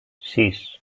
sis